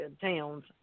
towns